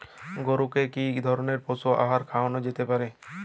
গরু কে কি ধরনের পশু আহার খাওয়ানো যেতে পারে?